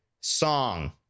song